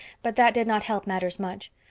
but that did not help matters much.